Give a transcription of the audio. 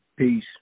Peace